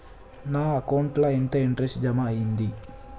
నా అకౌంట్ ల ఎంత ఇంట్రెస్ట్ జమ అయ్యింది?